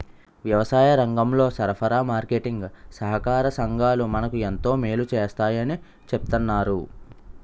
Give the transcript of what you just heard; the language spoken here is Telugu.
వ్యవసాయరంగంలో సరఫరా, మార్కెటీంగ్ సహాకార సంఘాలు మనకు ఎంతో మేలు సేస్తాయని చెప్తన్నారు